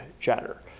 chatter